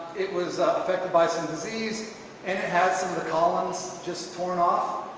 it was affected by some disease and it had some of the columns just torn off.